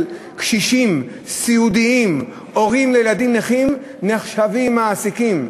קשישים סיעודיים והורים לילדים נכים נחשבים למעסיקים.